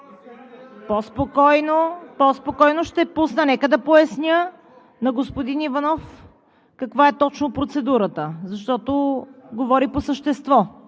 По-спокойно! Ще го пусна, нека да поясня на господин Иванов каква точно е процедурата, защото говори по същество.